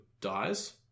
dies